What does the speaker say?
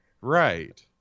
right